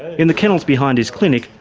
in the kennels behind his clinic,